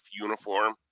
uniform